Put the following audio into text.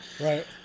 Right